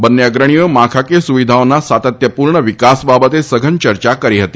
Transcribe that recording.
બંન્ને અગ્રણીઓએ માળખાકીય સુવિધાઓના સાતત્યપૂર્ણ વિકાસ બાબતે સઘન ચર્ચા કરી હતી